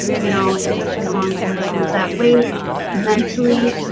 you know it took me a long time to lose that weight mentally,